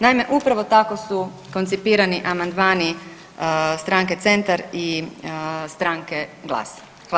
Naime, upravo tako su koncipirani amandmani Stranke Centar i Stranke Glas.